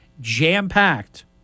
jam-packed